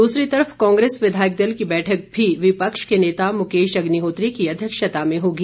दूसरी तरफ कांग्रेस विधायक दल की बैठक भी विपक्ष के नेता मुकेश अग्निहोत्री की अध्यक्षता में होगी